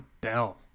Bell